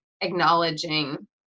acknowledging